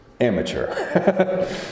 amateur